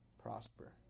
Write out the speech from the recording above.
prosper